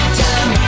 time